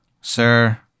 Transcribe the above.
sir